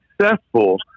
successful